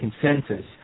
consensus